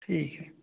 ठीक है